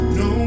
no